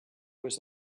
was